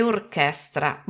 Orchestra